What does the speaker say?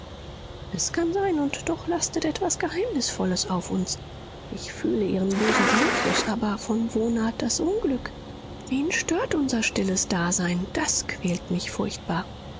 es kann sein und doch lastet etwas geheimnisvolles auf uns ich fühle ihren bösen einfluß aber von wo naht das unglück wen stört unser stilles dasein das quält mich furchtbar